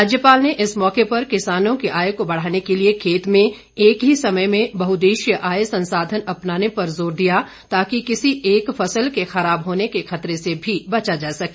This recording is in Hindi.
राज्यपाल ने इस मौके पर किसानों की आय को बढ़ाने के लिए खेत में एक ही समय में बहददेशीय आय संसाधन अपनाने पर जोर दिया ताकि किसी एक फसल के खराब होने के खतरे से भी बचा जा सके